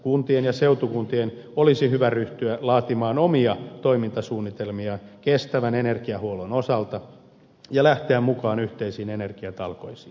kuntien ja seutukuntien olisi hyvä ryhtyä laatimaan omia toimintasuunnitelmia kestävän energiahuollon osalta ja lähteä mukaan yhteisiin energiatalkoisiin